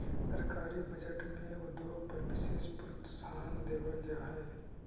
सरकारी बजट में उद्योग पर विशेष प्रोत्साहन देवल जा हई